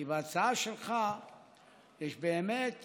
כי בהצעה שלך יש באמת